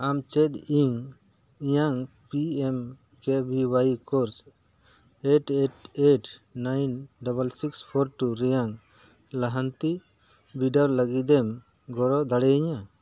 ᱟᱢ ᱪᱮᱫ ᱤᱧ ᱤᱧᱟᱹᱜ P M K V Y course eight eight nine double six four two ᱨᱮᱭᱟᱝ ᱞᱟᱦᱟᱱᱛᱤ ᱵᱤᱰᱟᱹᱣ ᱞᱟᱹᱜᱤᱫᱮᱢ ᱜᱚᱲᱚ ᱫᱟᱲᱮᱭᱤᱧᱟ